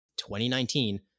2019